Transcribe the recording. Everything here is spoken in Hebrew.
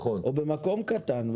או במקום קטן.